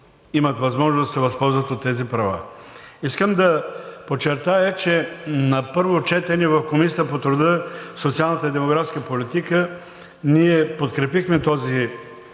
имат възможност да се възползват от тези права. Искам да подчертая, че на първо четене в Комисията по труда, социалната и демографска политика ние подкрепихме този